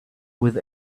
with